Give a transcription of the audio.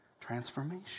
transformation